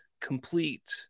complete